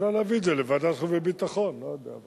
אפשר להביא את זה לוועדת החוץ והביטחון, לא יודע.